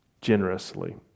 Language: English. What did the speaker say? generously